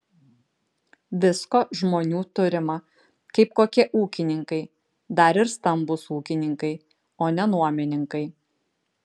visko žmonių turima kaip kokie ūkininkai dar ir stambūs ūkininkai o ne nuomininkai